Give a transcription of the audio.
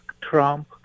Trump